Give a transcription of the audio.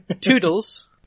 Toodles